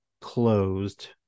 closed